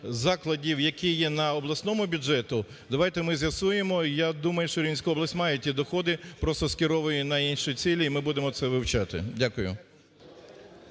закладів, які є на обласному бюджеті, давайте ми з'ясуємо, і я думаю, що Рівненська область має ті доходи, просто скеровує на інші цілі і ми будемо це вивчати. Дякую.